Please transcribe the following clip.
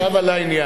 עכשיו על העניין.